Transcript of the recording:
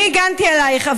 אני הגנתי עליך,